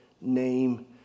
name